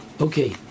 Okay